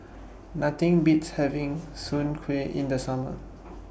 Nothing Beats having Soon Kway in The Summer